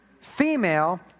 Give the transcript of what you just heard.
female